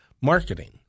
marketing